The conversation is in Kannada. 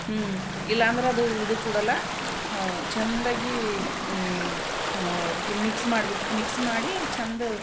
ಹ್ಞೂ ಇಲ್ಲಾಂದ್ರದು ಇದು ಕೂಡಲ್ಲ ಹಾಂ ಚಂದಾಗಿ ಅದ್ಕೆ ಮಿಕ್ಸ್ ಮಾಡ್ಬೇಕು ಮಿಕ್ಸ್ ಮಾಡಿ ಚೆಂದ